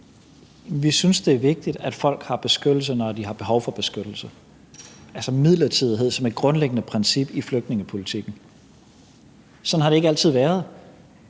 Vi synes, det er vigtigt, at folk får beskyttelse, når de har behov for beskyttelse, altså med midlertidighed som et grundlæggende princip i flygtningepolitikken. Sådan har det ikke altid været.